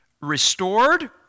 restored